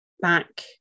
back